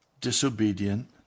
disobedient